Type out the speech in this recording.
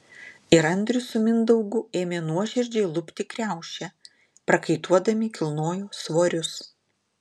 ir andrius su mindaugu ėmė nuoširdžiai lupti kriaušę prakaituodami kilnojo svorius